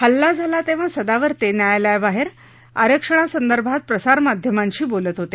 हल्ला झाला तेव्हा सदावर्ते न्यायालयाबाहेर आरक्षणासंदर्भात प्रसारमाध्यमांशी बोलत होते